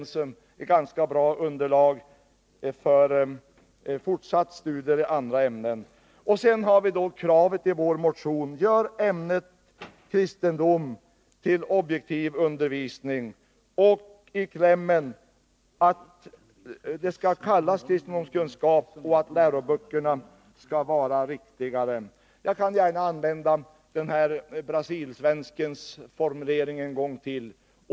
Då skulle man ha ett ganska bra underlag för fortsatta studier i andra ämnen. Kravet i vår motion är: Gör ämnet kristendom till objektiv undervisning. I klämmen hemställer vi att det skall kallas kristendomskunskap och att läroböckerna skall vara riktigare. Jag kan gärna använda den här brasilsvenskens formulering en gång till.